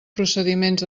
procediments